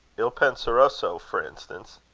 il penseroso, for instance?